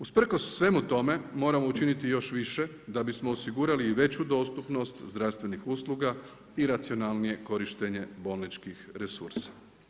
Usprkos svemu tome moramo učiniti još više da bismo osigurali i veću dostupnost zdravstvenih usluga i racionalnije korištenje bolničkih resursa.